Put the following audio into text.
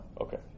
okay